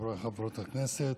חברי וחברות הכנסת,